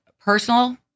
personal